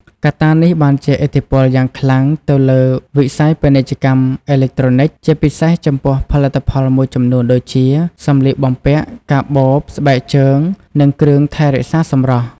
កត្តានេះបានជះឥទ្ធិពលយ៉ាងខ្លាំងទៅលើវិស័យពាណិជ្ជកម្មអេឡិចត្រូនិច ជាពិសេសចំពោះផលិតផលមួយចំនួនដូចជា សម្លៀកបំពាក់ កាបូប ស្បែកជើង និងគ្រឿងថែរក្សាសម្រស់។